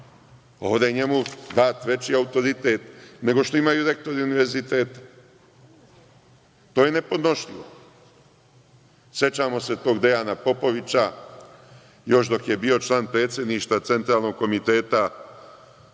je njemu dat veći autoritet nego što imaju rektori univerziteta. To je nepodnošljivo.Sećamo se tog Dejana Popovića još dok je bio član predsedništva Centralnog komiteta